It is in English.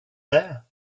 there